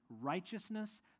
righteousness